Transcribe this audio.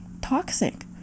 toxic